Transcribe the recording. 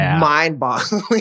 mind-boggling